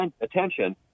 attention